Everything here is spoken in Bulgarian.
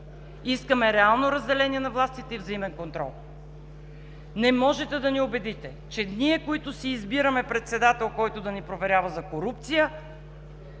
Искаме реално разделение на властите и взаимен контрол. Не можете да ни убедите, че ние, които си избираме председател, който да ни проверява за корупция,